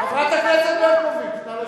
חברת הכנסת ברקוביץ, נא לשבת.